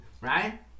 right